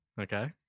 Okay